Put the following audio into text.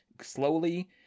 slowly